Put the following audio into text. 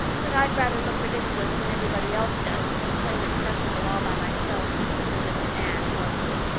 but i'd rather look ridiculous when everybody else does than plain and sensible all by myself, persisted anne mournfully.